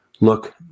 look